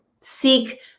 seek